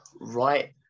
right